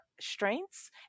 strengths